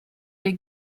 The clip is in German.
der